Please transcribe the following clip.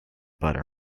butter